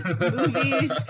movies